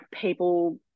people